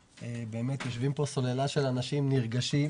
יושבים פה סוללה של אנשים נרגשים,